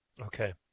Okay